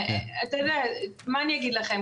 ואתה יודע, מה אני אגיד לכם?